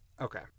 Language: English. Okay